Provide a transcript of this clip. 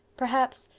perhaps.